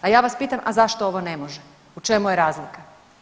A ja vas pitam, a zašto ovo ne može u čemu je razlika?